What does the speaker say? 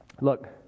Look